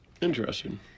Interesting